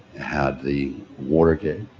had the watergate,